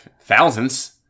Thousands